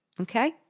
okay